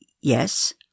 yes